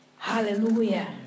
Hallelujah